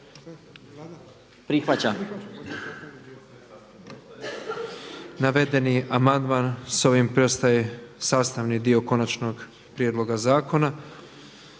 Prihvaćate